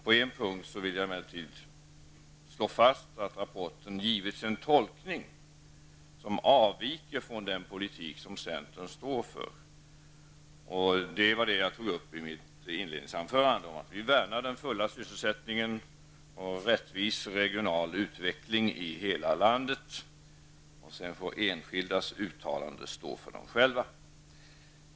På en punkt vill jag emellertid slå fast att rapporten givits en tolkning som avviker från den politik som centern står för. Den saken tog jag upp i mitt inledningsanförande. Vi värnar alltså den fulla sysselsättning och en rättvis regional utveckling i hela landet. Sedan får enskilda själva stå för sina uttalanden.